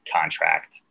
contract